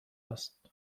است